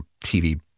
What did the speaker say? TV